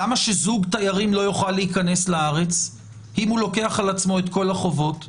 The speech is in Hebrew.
למה שזוג תיירים לא יוכל להיכנס לארץ אם הוא לוקח על עצמו את כל החובות?